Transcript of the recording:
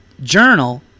journal